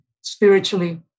spiritually